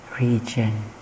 region